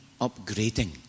upgrading